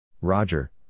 Roger